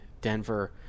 Denver